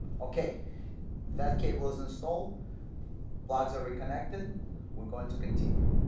okay that cable is installed plugs are reconnected we're going to continue